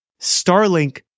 Starlink